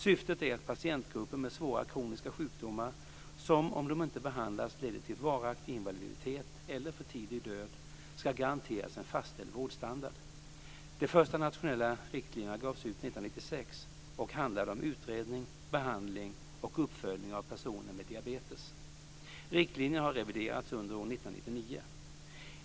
Syftet är att patientgrupper med svåra kroniska sjukdomar, som om de inte behandlas leder till varaktig invaliditet eller för tidig död, ska garanteras en fastställd vårdstandard. De första nationella riktlinjerna gavs ut 1996 och handlade om utredning, behandling och uppföljning av personer med diabetes. Riktlinjerna har reviderats under år 1999.